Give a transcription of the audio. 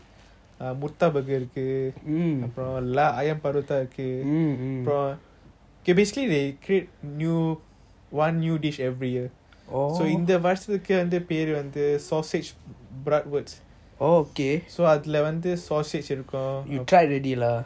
பரோட்டா இருக்கு:parota iruku K basically they create one new dish every year so இந்த வருசத்துக்கு வந்து பெரு வந்து:intha varusathuku vanthu peru vanthu the sausage அதுல வந்து:athula vanthu sausage இருக்கும் நான் இன்னும்:irukum naan inum try பண்ணல:panala